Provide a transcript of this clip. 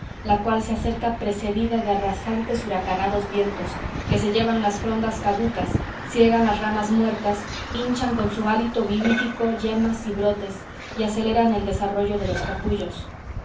la cual se acerca precedida de arrasantes huracanados vientos que se llevan las frondas caducas siegan las ramas muertas hinchan con su hálito vivífico yemas y brotes y aceleran el desarrollo de los capullos